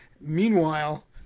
Meanwhile